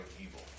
evil